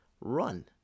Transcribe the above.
Run